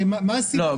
לא.